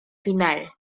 final